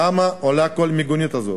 כמה עולה כל מיגונית כזאת?